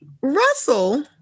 Russell